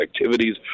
activities